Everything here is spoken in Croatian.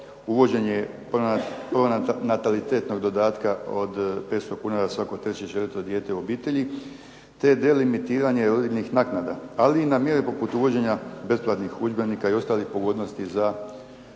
uvođenje pronatalitetnog dodatka od 500 kuna za svako treće i četvrto dijete u obitelji te delimitiranje rodiljnih naknada, ali i na mjere poput uvođenja besplatnih udžbenika i ostalih pogodnosti za